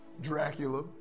Dracula